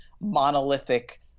monolithic